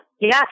Yes